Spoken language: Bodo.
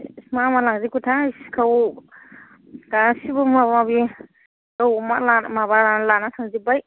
मा मा लांजोबखोथाय सिखाव गासिबो माबा माबि दाउ अमा माबा लानानै थांजोबबाय